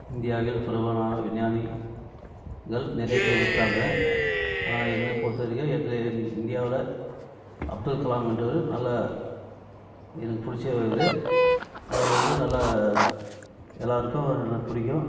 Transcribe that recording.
இந்தியாவில் பிரபலமான விஞ்ஞானி முதல் நிறைய பேர் இருக்காங்க ஆனால் என்னை பொறுத்த வரைக்கும் எங்கள் இந்தியாவில் அப்துல் கலாம் என்றவர் நல்ல எனக்கு பிடிச்சவரு அவர் வந்து நல்லா எல்லோருக்கும் நல்லா பிடிக்கும்